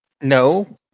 No